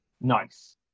Nice